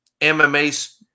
MMA